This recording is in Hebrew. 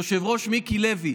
היושב-ראש מיקי לוי,